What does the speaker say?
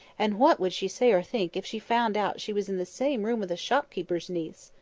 and what would she say or think if she found out she was in the same room with a shop-keeper's niece!